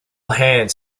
hands